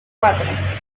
cuatro